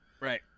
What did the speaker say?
Right